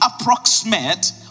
approximate